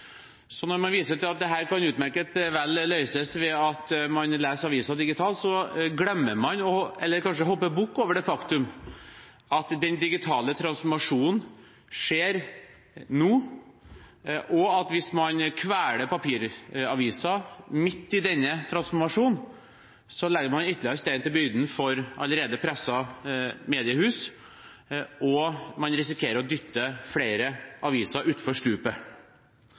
Når man viser til at dette utmerket vel kan løses ved at man leser aviser digitalt, glemmer man – eller hopper kanskje bukk over – det faktum at den digitale transformasjonen skjer nå, og at man, hvis man kveler papiravisen midt i denne transformasjonen, legger ytterligere stein til byrden for allerede pressede mediehus, og risikerer å dytte flere aviser